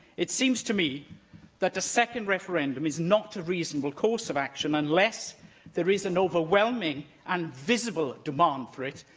it seems to me that a second referendum is not a reasonable course of action unless there is an overwhelming and visible demand for it,